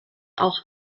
auch